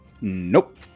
Nope